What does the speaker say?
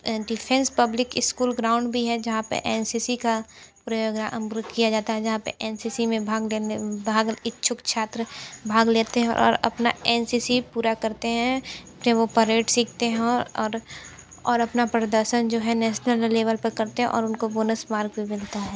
defence public school ground भी है जहाँ पे एन सी सी का प्रोग्राम किया जाता है जहाँ पे एन सी सी में भाग देने भाग इच्छुक छात्र भाग लेते हैं और अपना एन सी सी पूरा करते हैं फिर वो परेड सीखते हैं और और अपना प्रदर्शन जो है नेसनल लेवल पर करते हैं और उनको बोनस मार्क भी मिलता है